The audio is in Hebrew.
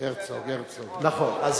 הוא בסדר, היושב-ראש.